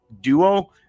duo